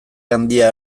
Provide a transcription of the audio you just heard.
handia